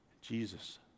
Jesus